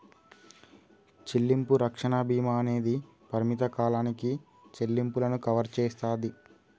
చెల్లింపు రక్షణ భీమా అనేది పరిమిత కాలానికి చెల్లింపులను కవర్ చేస్తాది